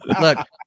Look